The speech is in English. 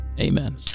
Amen